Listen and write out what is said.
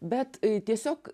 bet tiesiog